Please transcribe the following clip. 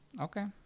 okay